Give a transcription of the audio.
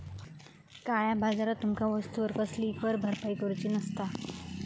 काळया बाजारात तुमका वस्तूवर कसलीही कर भरपाई करूची नसता